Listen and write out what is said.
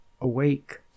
awake